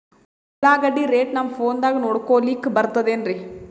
ಉಳ್ಳಾಗಡ್ಡಿ ರೇಟ್ ನಮ್ ಫೋನದಾಗ ನೋಡಕೊಲಿಕ ಬರತದೆನ್ರಿ?